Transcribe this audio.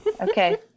Okay